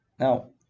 Now